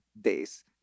days